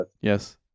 Yes